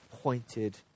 pointed